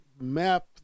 map